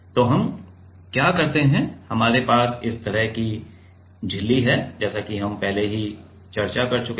तो हम क्या करते हैं हमारे पास इस तरह की झिल्ली है जैसा कि हम पहले ही चर्चा कर चुके हैं